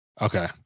okay